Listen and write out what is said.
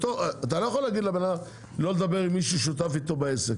אתה לא יכול להגיד לבן אדם לא לדבר עם מי ששותף איתו בעסק,